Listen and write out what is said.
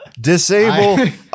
Disable